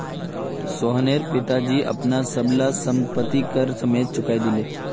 सोहनेर पिताजी अपनार सब ला संपति कर समयेत चुकई दिले